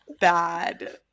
bad